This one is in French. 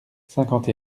cinquante